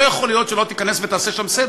לא יכול להיות שלא תיכנס ותעשה שם סדר.